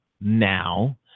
now